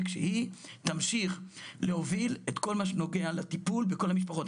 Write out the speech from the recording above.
שהיא תמשיך להוביל את כל מה שנוגע לטיפול בכל המשפחות,